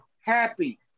happy